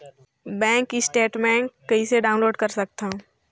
Bank statement कइसे download कर सकथव?